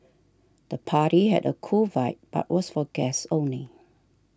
the party had a cool vibe but was for guests only